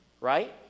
right